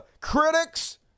critics